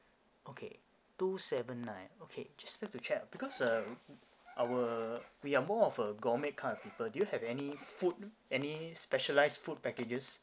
okay two seven nine okay just like to check because uh our we are more of a gourmet kind of people do you have any food any specialize food packages